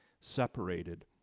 separated